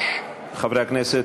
חברי הכנסת,